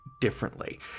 differently